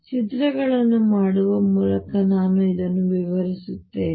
ಚಿತ್ರಗಳನ್ನು ಮಾಡುವ ಮೂಲಕ ನಾನು ಇದನ್ನು ವಿವರಿಸುತ್ತೇನೆ